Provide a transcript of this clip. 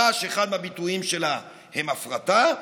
ושאחד מהביטויים שלה הוא הפרטה,